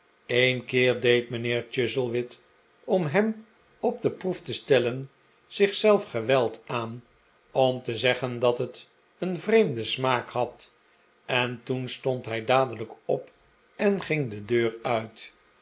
een keer deed mijnheer chuzzlewit om hem op de proef te stellen zich zelf geweld aan om te zeggen dat het een vreemden smaak had en toen stond hij dadelijk op en ging de deur uit